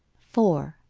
four.